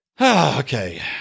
Okay